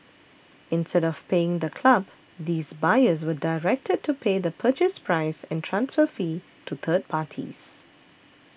instead of paying the club these buyers were directed to pay the Purchase Price and transfer fee to third parties